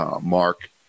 mark